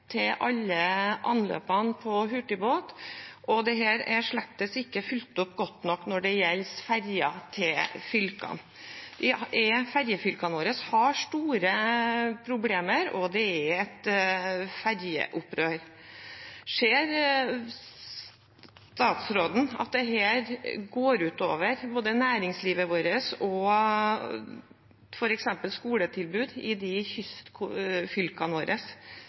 til alle anløpene for hurtigbåt, og dette er slett ikke fulgt godt nok opp overfor fylkene når det gjelder ferjer. Ferjefylkene våre har store problemer, og det er et ferjeopprør. Ser statsråden at dette går ut over både næringslivet vårt og f.eks. skoletilbud i de kystfylkene våre